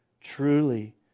truly